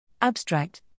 Abstract